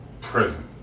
Prison